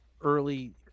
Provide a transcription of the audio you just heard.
early